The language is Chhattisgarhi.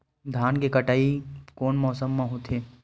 धान के कटाई कोन मौसम मा होथे?